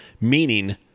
meaning